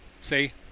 See